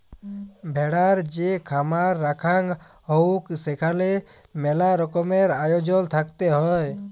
ভেড়ার যে খামার রাখাঙ হউক সেখালে মেলা রকমের আয়জল থাকত হ্যয়